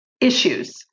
issues